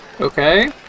Okay